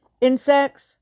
insects